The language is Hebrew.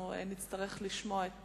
נצטרך לשמוע את